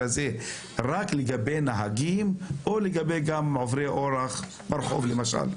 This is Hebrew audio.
הזה רק לגבי נהגים או גם לגבי עוברי אורח ברחוב למשל?